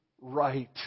right